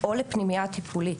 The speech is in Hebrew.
או לפנימייה טיפולית.